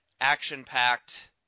action-packed